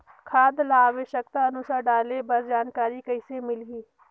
खाद ल आवश्यकता अनुसार डाले बर जानकारी कइसे मिलही?